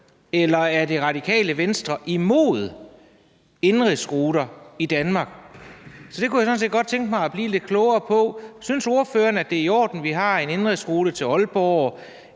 eller om Radikale Venstre er imod indenrigsruter i Danmark. Så det kunne jeg sådan set godt tænke mig at blive lidt klogere på. Synes ordføreren, at det er i orden, at vi har en indenrigsrute til Aalborg,